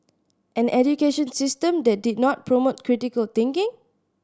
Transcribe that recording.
an education system that did not promote critical thinking